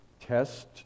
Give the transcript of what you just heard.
test